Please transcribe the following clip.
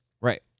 Right